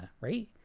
right